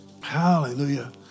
Hallelujah